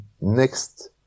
next